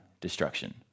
destruction